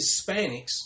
Hispanics